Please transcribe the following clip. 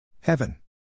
Heaven